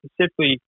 specifically